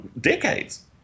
decades